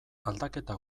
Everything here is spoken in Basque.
aldaketa